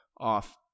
off